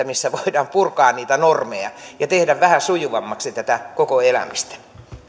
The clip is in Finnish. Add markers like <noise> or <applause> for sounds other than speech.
<unintelligible> missä voidaan purkaa niitä normeja ja tehdä vähän sujuvammaksi tätä koko elämistä